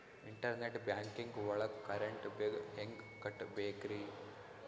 Internet banking ಒಳಗ್ current bill ಹೆಂಗ್ ಕಟ್ಟ್ ಬೇಕ್ರಿ?